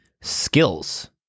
skills